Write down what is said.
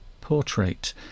Portrait